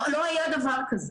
לא היה דבר כזה.